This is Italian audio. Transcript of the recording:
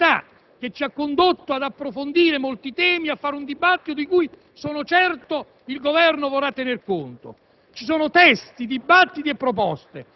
con cui ha guidato il nostro lavoro e la serietà che ci ha condotto ad approfondire molti temi e a fare un dibattito di cui sono certo il Governo vorrà tener conto.